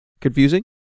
Confusing